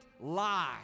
lie